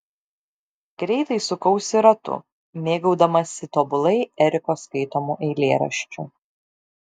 greitai sukausi ratu mėgaudamasi tobulai eriko skaitomu eilėraščiu